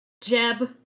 Jeb